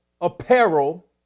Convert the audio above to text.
apparel